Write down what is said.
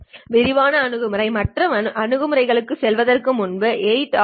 விரைவான அணுகுமுறையாக மற்ற அணுகுமுறைக்குச் செல்வதற்கு முன்பு 8 ஆரி பி